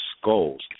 skulls